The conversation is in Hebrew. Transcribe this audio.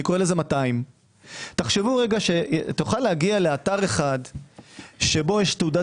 אני קורא לזה 200. אתה יכול להגיע לאתר אחד שבו יש תעודת